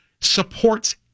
supports